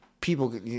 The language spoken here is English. People